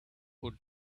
put